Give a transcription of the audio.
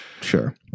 Sure